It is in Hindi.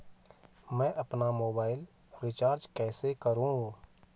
मैं अपना मोबाइल रिचार्ज कैसे करूँ?